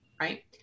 right